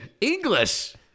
English